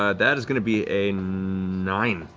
ah that is going to be a nine,